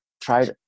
Tried